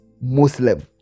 Muslim